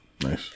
Nice